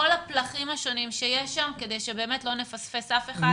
הפלחים השונים שיש שם כדי שבאמת לא נפספס אף אחד.